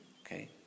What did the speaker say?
okay